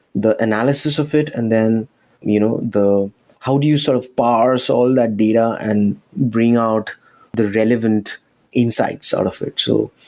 the analysis of it, and then you know how do you sort of parse all that data and bring out the relevant insights out of it? so